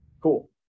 Cool